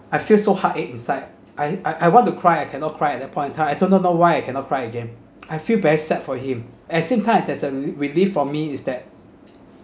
I feel so heartache I I I want to cry I cannot cry at that point in time I do not know why I cannot cry again I feel very sad for him as same time there's a relief for me is that